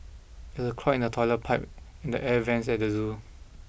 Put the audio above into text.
there is a clog in the toilet pipe and the air vents at the zoo